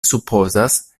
supozas